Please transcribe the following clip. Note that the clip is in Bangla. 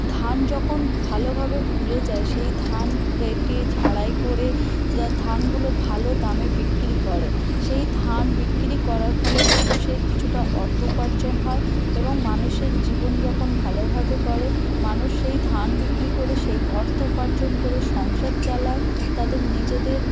ধান যখন ভালোভাবে ফলে যায় সেই ধান কেটে ঝাড়াই করে ধানগুলো ভালো দামে বিক্রি করে সেই ধান বিক্রি করার ফলে মানুষের কিছুটা অর্থ উপার্জন হয় এবং মানুষের জীবন যাপন ভালোভাবে করে মানুষ সেই ধান বিক্রি করে সেই অর্থ উপার্জন করে সংসার চালায় তাদের নিজেদের